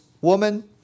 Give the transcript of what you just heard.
Woman